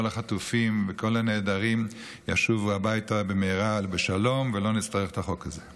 כל החטופים וכל הנעדרים ישובו הביתה במהרה בשלום ולא נצטרך את החוק הזה.